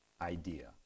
idea